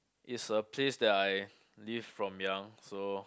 is a place that I lived from young so